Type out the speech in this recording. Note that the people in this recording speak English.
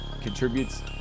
contributes